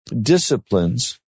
disciplines